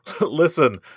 listen